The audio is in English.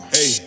Hey